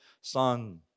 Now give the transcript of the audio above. Son